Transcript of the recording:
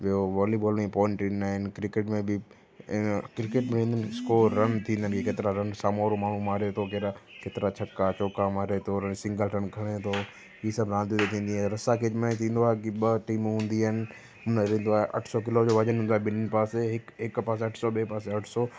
ॿियो वॉलीबॉल में पॉईंट ॾींदा आहिनि क्रिकेट में बि एन क्रिकेट में इन स्कोर रन थींदा आहिनि केतिरा रन सामूं वारो माण्हूं मारे तो केड़ा केतिरा छका चौका मारे थो सिंगल रन खणे थो हीअ सभु रांदियूं जेके थींदी आहे रसा खेच में थींदो आहे की ॿ टीमूं हूंदी आइन न हुंदो आहे अठ सौ किलो जो वजन हूंदो आहे ॿिन्हनि पासे हिकु पासे अठ सौ ॿिए पासे अठ सौ